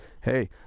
hey